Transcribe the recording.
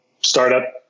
startup